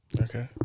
Okay